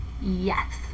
yes